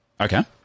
Okay